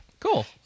Cool